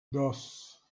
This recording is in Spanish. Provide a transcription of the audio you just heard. dos